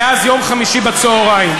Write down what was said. מאז יום חמישי בצהריים?